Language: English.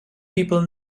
people